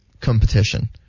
competition